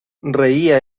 reía